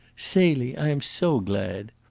celie, i am so glad!